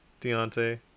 Deontay